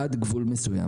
עד גבול מסוים.